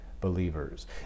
believers